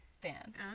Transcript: fans